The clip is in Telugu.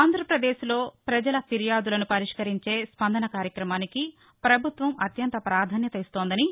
ఆంధ్రప్రదేశ్లో ప్రజల ఫిర్యాదులను పరిష్కరించే స్పందన కార్యక్రమానికి ప్రభుత్వం అత్యంత పాధాన్యత ఇస్తుందని